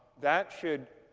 that should